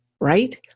right